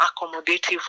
accommodative